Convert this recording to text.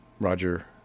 Roger